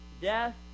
death